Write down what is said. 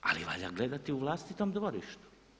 Ali valja gledati u vlastitom dvorištu.